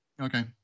Okay